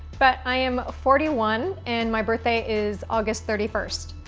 but i am forty one, and my birthday is august thirty first.